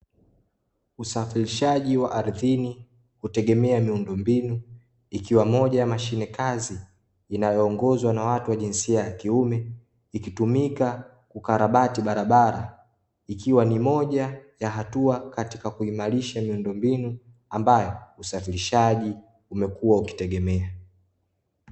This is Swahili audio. Usafirishaji wa ardhini hutegemea miundombinu ikiwa moja ya mashine kazi inayoongozwa na watu wa jinsia ya kiume ikitumika kukarabati barabara ikiwa ni moja ya hatua katika kuimarisha miundo mbinu ambayo usafirishaji umekuwa ukitegemea.